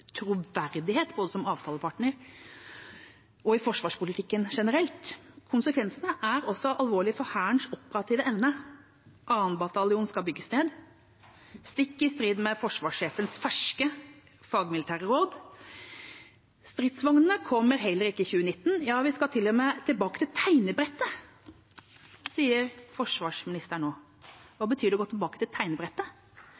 troverdighet både som avtalepartner og i forsvarspolitikken generelt, konsekvensene er også alvorlige for Hærens operative evne. 2. bataljon skal bygges ned, stikk i strid med forsvarssjefens ferske fagmilitære råd. Stridsvognene kommer heller ikke i 2019, vi skal til og med tilbake til tegnebrettet, sier forsvarsministeren nå.